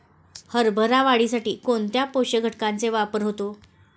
हरभरा वाढीसाठी कोणत्या पोषक घटकांचे वापर होतो?